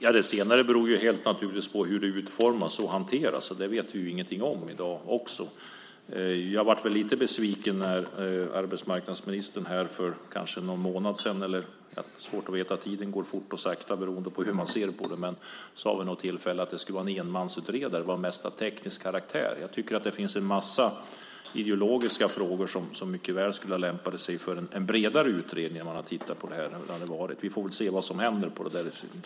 Fru talman! Det senare beror naturligtvis på hur det utformas och hanteras. Det vet vi i dag ingenting om. Jag blev lite besviken när arbetsmarknadsministern för kanske någon månad sedan - tiden går fort eller sakta beroende på hur man ser på det - sade att det skulle vara en enmansutredare och att det hela var mest av teknisk karaktär. Jag tycker att det finns en massa ideologiska frågor som mycket väl skulle ha lämpat sig för en bredare utredning när man tittade på det här, hur det hade varit. Vi får väl se vad som händer.